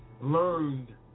learned